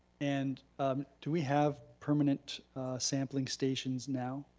and do we have permanent sampling stations now?